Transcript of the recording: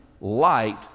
light